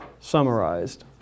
summarized